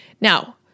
Now